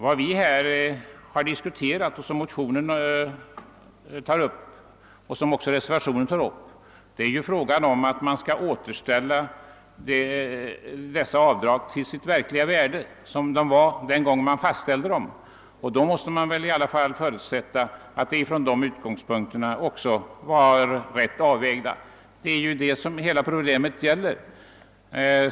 Vad vi här har diskuterat och vad som tagits upp i motionerna och i reservationen är frågan om att återställa dessa avdrag till det verkliga värde de hade den gång man fastställde dem. Det måste i alla fall förutsättas att de då var rätt avvägda. Det är detta hela problemet gäller.